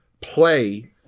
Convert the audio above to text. play